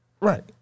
Right